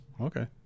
Okay